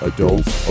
Adults